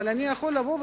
אבל אני יכול לבוא,